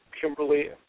Kimberly